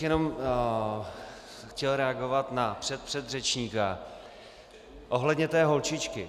Jenom bych chtěl reagovat na předpředřečníka ohledně té holčičky.